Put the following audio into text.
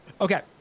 Okay